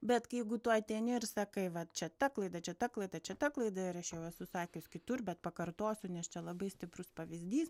bet kai jeigu tu ateini ir sakai vat čia ta klaida čia ta klaida čia ta klaida ir aš jau esu sakius kitur bet pakartosiu nes čia labai stiprus pavyzdys